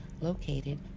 located